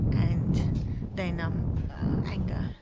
and then um anger.